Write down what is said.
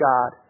God